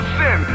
sin